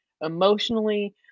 emotionally